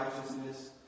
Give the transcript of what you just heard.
righteousness